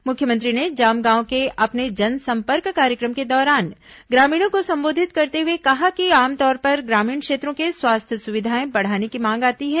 मुख्यमंत्री ने जामगांव के अपने जनसंपर्क कार्यक्रम के दौरान ग्रामीणों को संबोधित करते हुए कहा कि आमतौर पर ग्रामीण क्षेत्रों से स्वास्थ्य सुविधाएं बढ़ाने की मांग आती है